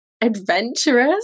Adventurous